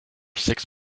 six